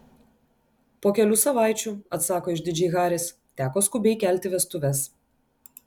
po kelių savaičių atsako išdidžiai haris teko skubiai kelti vestuves